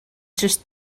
just